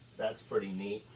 that's pretty neat.